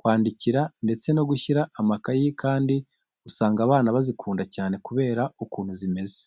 kwandikira ndetse no gushyira amakayi kandi usanga abana bazikunda cyane kubera ukuntu zimeze.